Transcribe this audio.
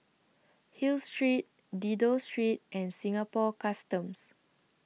Hill Street Dido Street and Singapore Customs